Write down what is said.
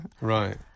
Right